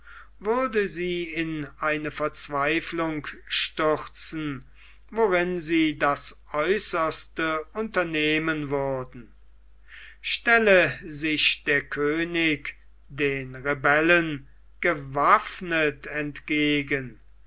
würde sie in eine verzweiflung stürzen worin sie das aeußerste unternehmen würden stelle sich der könig den rebellen gewaffnet entgegen